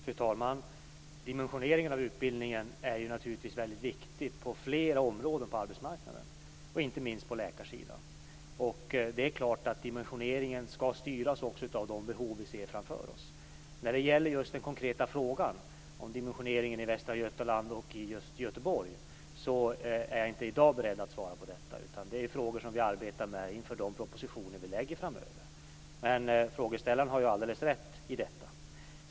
Fru talman! Dimensioneringen av utbildningen är naturligtvis väldigt viktig på flera områden av arbetsmarknaden, inte minst på läkarsidan. Det är klart att dimensioneringen också skall styras av de behov vi ser framför oss. Jag är inte i dag beredd att svara på den konkreta frågan om dimensioneringen i Västra Götaland och Göteborg. Detta är frågor som vi arbetar med inför de propositioner vi lägger fram framöver. Men frågeställaren har alldeles rätt i detta.